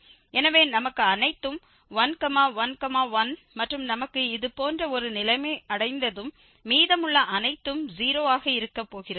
எனவே நமக்கு அனைத்தும் 1 1 1 மற்றும் நமக்கு இது போன்ற ஒரு நிலைமை அடைந்ததும் மீதம் உள்ள அனைத்தும் 0 ஆக இருக்க போகிறது